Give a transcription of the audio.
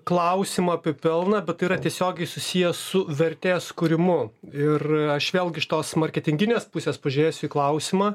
klausimą apie pelną bet tai yra tiesiogiai susiję su vertės kūrimu ir aš vėlgi iš tos marketinginės pusės pažiūrėsiu į klausimą